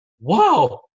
wow